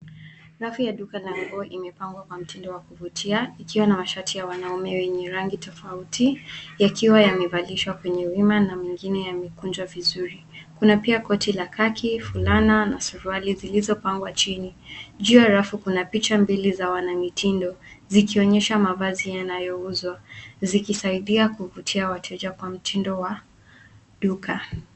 Rafu ya duka la nguo imepangwa kwa mtindo wa kuvutia ikiwa na mashati ya wanaume yenye rangi tofauti yakiwa yamevalishwa kwenye wima na mengine yamekunjwa vizuri. Kuna pia koti la khaki, fulana, na suruali zilizopangwa chini. Juu ya rafu kuna picha mbili za wanamitindo zikionyesha mavazi yanayouzwa, zikisaidia kuvutia wateja kwa mtindo wa duka.